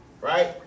right